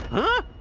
huh!